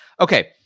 Okay